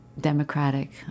democratic